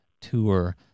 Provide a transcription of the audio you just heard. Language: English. tour